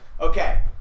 Okay